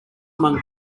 among